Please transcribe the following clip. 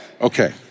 Okay